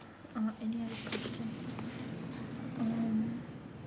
uh any other question um